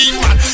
man